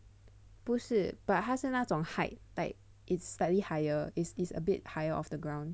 不是 but 他是那种 height like it's slightly higher is is a bit higher off the ground